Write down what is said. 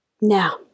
Now